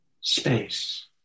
space